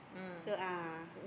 so ah